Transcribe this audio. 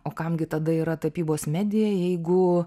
o kam gi tada yra tapybos medija jeigu